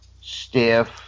stiff